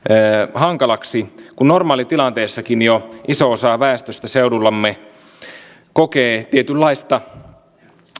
hankalaksi kun normaalitilanteessakin jo iso osa väestöstä seudullamme kokee tietynlaista